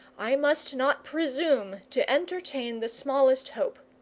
i must not presume, to entertain the smallest hope.